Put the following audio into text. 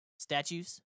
Statues